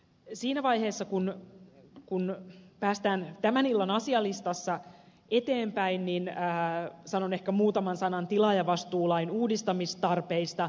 siinä vaiheessa kun päästään tämän illan asialistassa eteenpäin sanon ehkä muutaman sanan tilaajavastuulain uudistamistarpeista